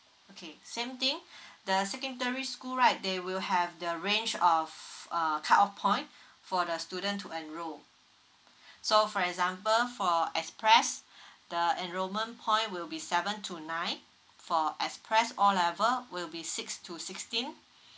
okay same thing the secondary school right they will have the range of uh cut off point for the student to enroll so for example for a express the enrolment point will be seven to nine for express O level will be six to sixteen